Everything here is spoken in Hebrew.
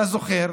אתה זוכר,